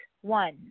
One